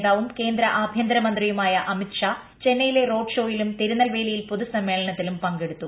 നേതാവും കേന്ദ്ര ആഭ്യന്തരമന്ത്രിയുമായ അമിത്ഷാ ചെന്നൈയിലെ റോഡ് ഷോയിലും തിരുനെൽവേലിയിൽ പൊതുസമ്മേളനത്തിലും പങ്കെടുത്തു